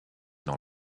dans